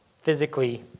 physically